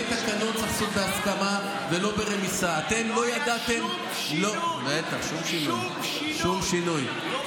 אתה לא יכול לתת לי דוגמה, כי